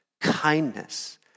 kindness